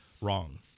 wrong